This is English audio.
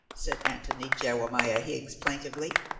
said antony jewemiah higgs plaintively,